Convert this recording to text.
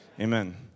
Amen